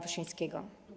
Wyszyńskiego.